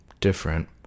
different